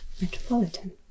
Metropolitan